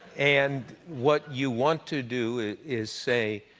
and what you want to do is say,